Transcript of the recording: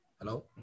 Hello